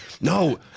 No